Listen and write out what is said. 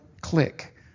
click